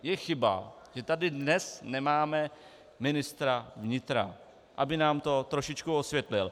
Je chyba, že tady dnes nemáme ministra vnitra, aby nám tom trošičku osvětlil.